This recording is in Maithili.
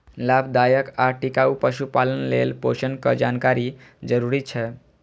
लाभदायक आ टिकाउ पशुपालन लेल पोषणक जानकारी जरूरी छै